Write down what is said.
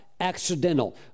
accidental